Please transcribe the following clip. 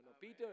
Peter